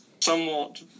somewhat